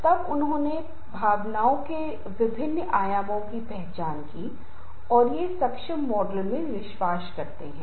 अब मैं यह उल्लेख करना चाहूंगा कि संचार के एक छात्र के रूप में क्या रणनीतियाँ हैं जो संघर्ष को दूर करने या हल करने या प्रबंधित करने का प्रयास कर सकते हैं